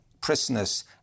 prisoners